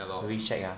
very shag ah